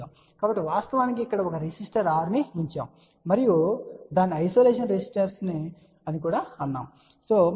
కాబట్టి వాస్తవానికి ఇక్కడ ఒక రెసిస్టర్ R ను ఉంచాము మరియు దానిని ఐసోలేషన్ రెసిస్టెన్స్ అని కూడా అంటారు సరే